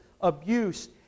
abuse